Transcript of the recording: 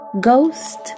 ghost